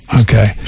Okay